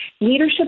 leadership